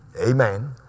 Amen